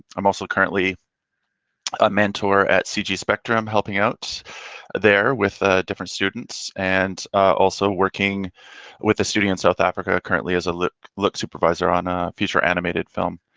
i'm also currently a mentor at cg spectrum, helping out there with ah different students and also working with the studio in south africa currently as a look look supervisor on a feature animated film.